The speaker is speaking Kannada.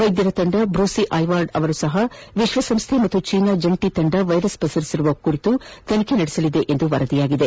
ವೈದ್ಯರ ತಂಡ ಬ್ರೂಸಿ ಐವಾರ್ಡ್ ಅವರು ಸಹ ವಿಶ್ವಸಂಸ್ವೆ ಮತ್ತು ಚೀನಾದ ಜಂಟಿ ತಂಡ ವೈರಸ್ ಪಸರಿಸಿರುವ ಕುರಿತು ತನಿಖೆ ನಡೆಸಲಿದೆ ಎಂದು ವರದಿಯಾಗಿದೆ